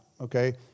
okay